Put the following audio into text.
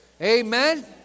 Amen